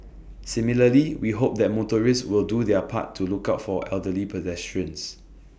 similarly we hope that motorists will do their part to look out for elderly pedestrians